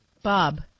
Bob